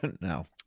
no